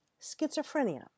schizophrenia